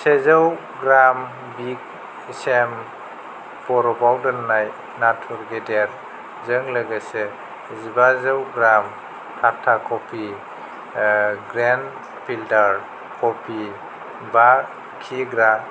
सेजौ ग्राम बिग सेम बर'फाव दोन्नाय नाथुर गेदेरजों लोगोसे जिबाजौ gram Tata coffee grand filter coffee बा कि ग्रा